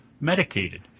medicated